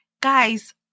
guys